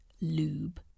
lube